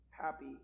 happy